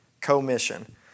Commission